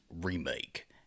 remake